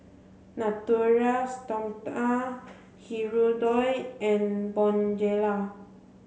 Natura Stoma Hirudoid and Bonjela